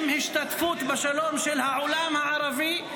עם השתתפות בשלום של העולם הערבי,